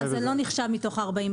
זה לא נחשב מתוך ה-45.